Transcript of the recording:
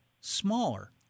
smaller